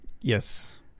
Yes